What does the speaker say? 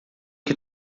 que